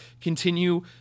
continue